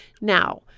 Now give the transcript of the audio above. Now-